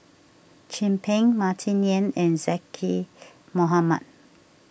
Chin Peng Martin Yan and Zaqy Mohamad